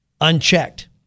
unchecked